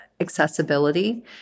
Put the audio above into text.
accessibility